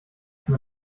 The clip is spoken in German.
zum